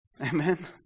Amen